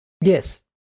Yes